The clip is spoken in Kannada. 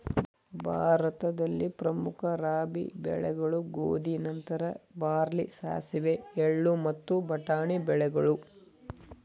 ಭಾರತದಲ್ಲಿ ಪ್ರಮುಖ ರಾಬಿ ಬೆಳೆಗಳು ಗೋಧಿ ನಂತರ ಬಾರ್ಲಿ ಸಾಸಿವೆ ಎಳ್ಳು ಮತ್ತು ಬಟಾಣಿ ಬೆಳೆಗಳು